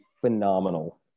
phenomenal